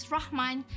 Rahman